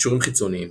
קישורים חיצוניים